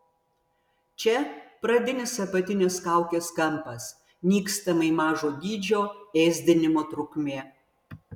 čia pradinis apatinis kaukės kampas nykstamai mažo dydžio ėsdinimo trukmė